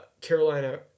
Carolina